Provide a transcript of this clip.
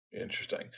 Interesting